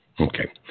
Okay